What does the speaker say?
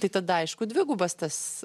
tai tada aišku dvigubas tas